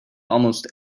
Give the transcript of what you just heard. almost